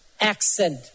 accent